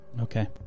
Okay